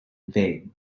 vague